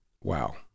Wow